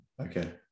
Okay